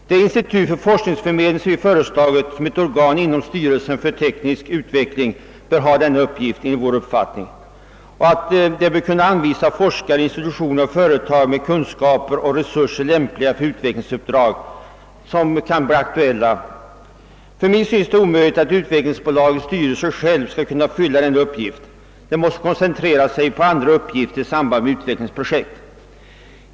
Det institut för forskningsförmedling som vi föreslagit såsom ett organ inom styrelsen för teknisk utveckling bör enligt vår uppfattning ha denna uppgift och bör kunna anvisa forskare, institution eller företag med kunskaper och resurser lämpliga för sådana utvecklingsuppdrag som kan bli aktuella. För mig synes det otänkbart att utvecklingsbolagets styrelse själv skall kunna fylla denna uppgift. Den måste koncentrera sig på andra uppgifter i samband med utvecklingsprojekt.